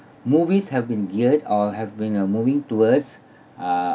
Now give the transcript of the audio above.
movies have been geared or have been uh moving towards uh